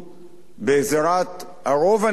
בעזרת הרוב, אני מקווה,